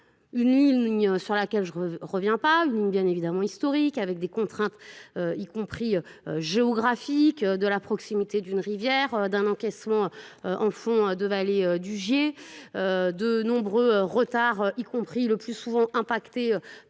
une ligne euh, sur laquelle je reviens pas une ligne, bien évidemment historique, avec des contraintes euh, y compris géographiques, de la proximité d'une rivière, d'un encaissement en fond de vallée du Gier. de nombreux retards, y compris le plus souvent impactés par